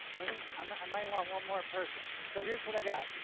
let me, um i might want one more person. so here's what i got,